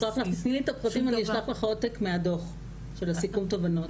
אני אשלח לך עותק מהדו"ח של הסיכום תובנות.